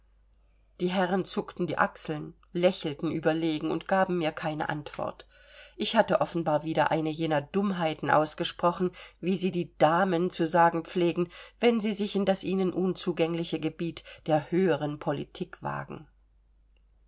die herren zuckten die achseln lächelten überlegen und gaben mir keine antwort ich hatte offenbar wieder eine jener dummheiten ausgesprochen wie sie die damen zu sagen pflegen wenn sie sich in das ihnen unzugängliche gebiet der höheren politik wagen